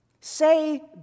Say